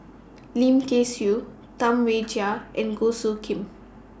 Lim Kay Siu Tam Wai Jia and Goh Soo Khim